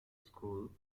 school